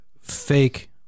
fake